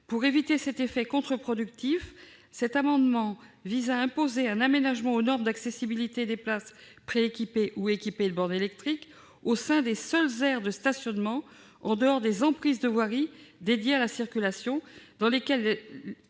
Pour éviter cet effet contre-productif, cet amendement vise à imposer un aménagement aux normes d'accessibilité des places pré-équipées ou équipées de bornes électriques au sein des seules aires de stationnement, en dehors des emprises de voirie dédiées à la circulation, dans lesquelles